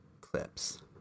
clips